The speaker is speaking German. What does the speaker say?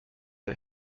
der